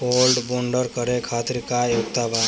Gold bond करे खातिर का योग्यता बा?